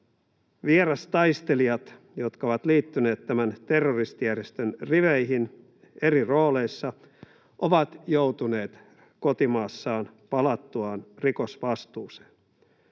vierastaistelijat, jotka ovat liittyneet tämän terroristijärjestön riveihin eri rooleissa, ovat joutuneet kotimaassaan, palattuaan, rikosvastuuseen.